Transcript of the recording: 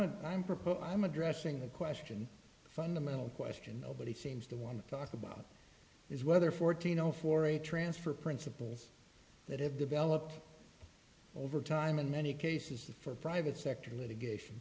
t i'm addressing the question the fundamental question that he seems to want to talk about is whether fourteen known for a transfer principles that have developed over time in many cases for private sector litigation